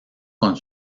con